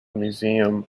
museum